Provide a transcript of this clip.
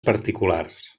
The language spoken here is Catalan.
particulars